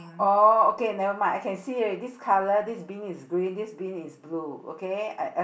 oh okay never mind I can see already this colour this bean is green this bean is blue okay I I